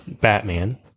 Batman